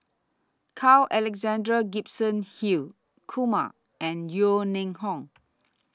Carl Alexander Gibson Hill Kumar and Yeo Ning Hong